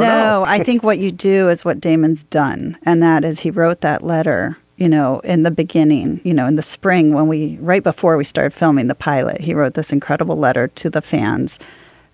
no i think what you do is what damon's done and that is he wrote that letter. you know in the beginning you know in the spring when we write before we started filming the pilot he wrote this incredible letter to the fans